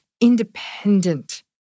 independent